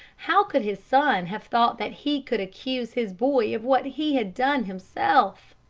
how could his son have thought that he could accuse his boy of what he had done himself?